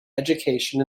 education